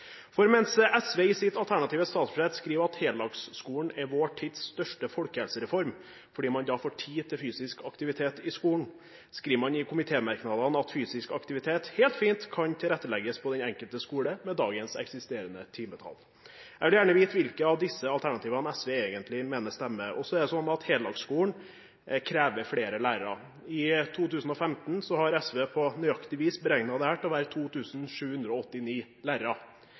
heldagsskolen. Mens SV i sitt alternative statsbudsjett skriver at heldagsskolen er vår tids største folkehelsereform, fordi man da får tid til fysisk aktivitet i skolen, skriver man i komitémerknadene at fysisk aktivitet helt fint kan tilrettelegges på den enkelte skole med dagens eksisterende timetall. Jeg vil gjerne vite hvilke av disse alternativene SV egentlig mener stemmer. Så er det også sånn at heldagsskolen krever flere lærere. I 2015 har SV på nøyaktig vis beregnet dette til å være 2 789 lærere.